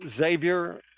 Xavier